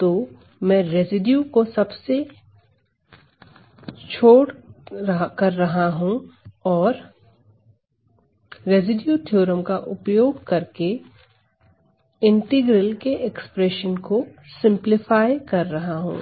तो मैं रेसिड्यू को सब्सीट्यूट कर रहा हूं और रेसिड्यू थ्योरम का उपयोग करके इंटीग्रल के एक्सप्रेशन को सिंपलीफाई कर रहा हूं